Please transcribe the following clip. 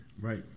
Right